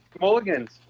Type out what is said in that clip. Mulligans